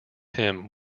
him